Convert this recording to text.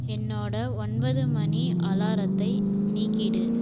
என்னோட ஒன்பது மணி அலாரத்தை நீக்கிவிடு